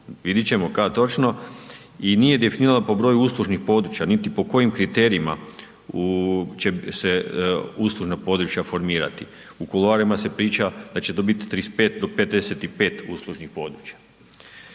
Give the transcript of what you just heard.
vidjeti ćemo kad točno i nije definirala po broju uslužnih područja, niti po kojim kriterijima će se uslužna područja formirati. U kuloarima se priča da će to biti 35 do 55 uslužnih područja.